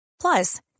Plus